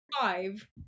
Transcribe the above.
five